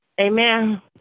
Amen